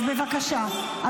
אז בבקשה.